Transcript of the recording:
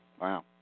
wow